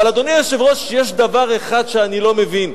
אבל, אדוני היושב-ראש, יש דבר אחד שאני לא מבין.